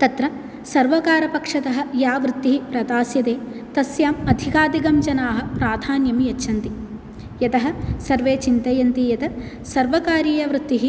तत्र सर्वकारपक्षतः या वृत्तिः प्रदास्यते तस्य अधिकाधिकं जनाः प्राधान्यं यच्छन्ति यतः सर्वे चिन्तयन्ति यत् सर्वकारीयवृत्तिः